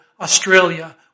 Australia